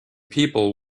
people